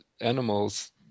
animals